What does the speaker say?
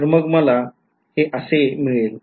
तर मग मला मिळेल